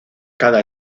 cada